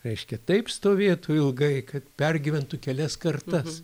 reiškia taip stovėtų ilgai kad pergyventų kelias kartas